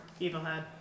Evilhead